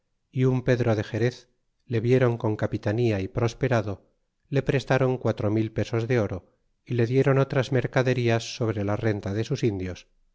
y un pedro de xerez le vieron con capitanía y prosperado le prestron quatro mil pesos de oro y le dieron otras mercaderías sobre la renta de sus indios